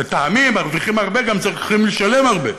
לטעמי, אם מרוויחים הרבה, גם צריכים לשלם הרבה.